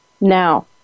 now